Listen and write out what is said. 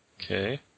Okay